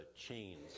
chains